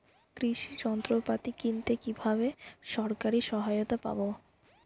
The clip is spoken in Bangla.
কৃষি যন্ত্রপাতি কিনতে কিভাবে সরকারী সহায়তা পাব?